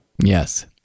Yes